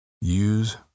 Use